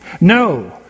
No